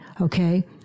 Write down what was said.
okay